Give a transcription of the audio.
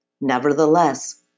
Nevertheless